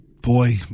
Boy